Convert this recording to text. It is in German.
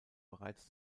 bereits